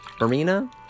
Marina